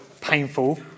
painful